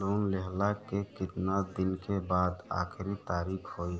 loan लेहला के कितना दिन के बाद आखिर तारीख होई